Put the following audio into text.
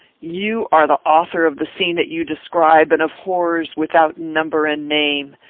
you are the author of the scene that you describe, and of horrors without number and name.